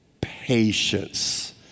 patience